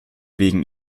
wegen